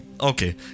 Okay